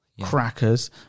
crackers